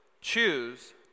choose